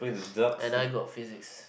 and I got physics